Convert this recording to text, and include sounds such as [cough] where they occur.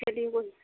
[unintelligible]